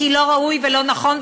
כי לא ראוי ולא נכון,